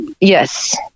yes